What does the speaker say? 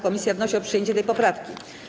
Komisja wnosi o przyjęcie tej poprawki.